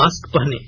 mask पहनें